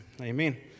Amen